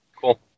Cool